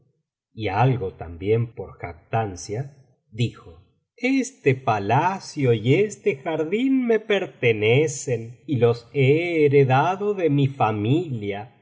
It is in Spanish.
y algo también por jactancia dijo este palacio y este jardín me pertenecen y los he heredado de mi familia